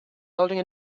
holding